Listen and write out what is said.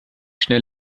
schnell